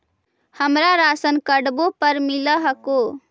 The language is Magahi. हमरा राशनकार्डवो पर मिल हको?